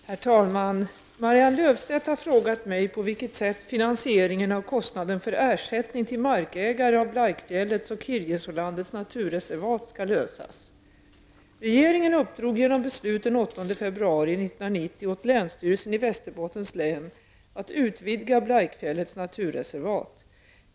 Herr talman! Marianne Löfstedt har frågat mig på vilket sätt finansieringen av kostnaden för ersättning till markägarna för utvidgning av februari 1990 åt länsstyrelsen i Västerbottens län att utvidga Blaikfjällets naturreservat.